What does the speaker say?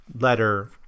letter